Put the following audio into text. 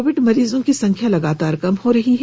Covid मरीजों की संख्या लगातार कम हो रही है